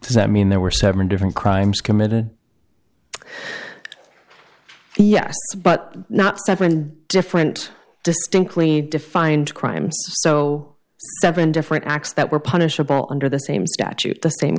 i mean there were seven different crimes committed yes but not seven different distinctly defined crimes so seven different acts that were punishable under the same statute the same